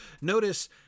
notice